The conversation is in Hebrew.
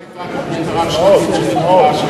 כמה היתה התוכנית הרב-שנתית שנגמרה השנה?